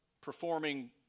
performing